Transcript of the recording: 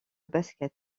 basket